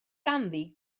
ganddi